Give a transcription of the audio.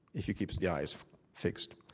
if you keep the eyes fixed,